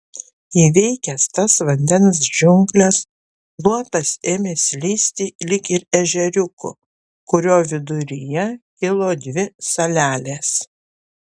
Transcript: įveikęs tas vandens džiungles luotas ėmė slysti lyg ir ežeriuku kurio viduryje kilo dvi salelės